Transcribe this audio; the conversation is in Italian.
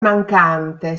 mancante